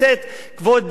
כבוד שר הפנים,